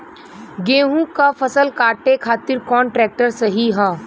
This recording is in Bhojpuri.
गेहूँक फसल कांटे खातिर कौन ट्रैक्टर सही ह?